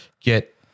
get